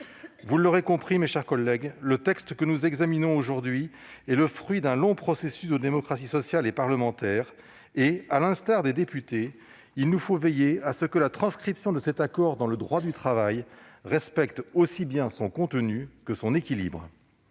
la CGT. Mes chers collègues, le texte que nous examinons aujourd'hui est le fruit d'un long processus de démocratie sociale et parlementaire et, à l'instar des députés, il nous faut veiller à ce que la transcription de l'ANI dans la loi respecte aussi bien son contenu que son équilibre.